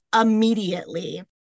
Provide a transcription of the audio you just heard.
immediately